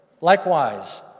Likewise